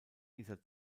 dieser